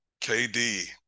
KD